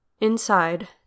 Inside